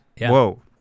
Whoa